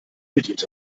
bedient